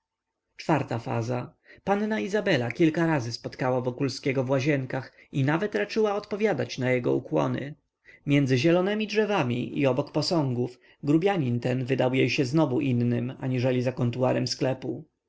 czwarta faza panna izabela kilka razy spotkała wokulskiego w łazienkach i nawet raczyła odpowiadać na jego ukłony między zielonemi drzewami i obok posągów grubianin ten wydał jej się znowu innym aniżeli za kontuarem sklepu